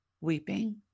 weeping